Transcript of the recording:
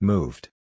Moved